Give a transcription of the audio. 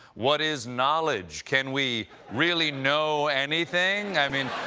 what is knowledge? can we really know anything? i mean,